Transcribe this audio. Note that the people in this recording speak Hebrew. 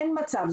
אין מצב.